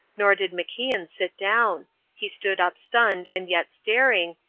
nor did macian sit down he stood up stunned and yet staring,